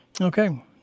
Okay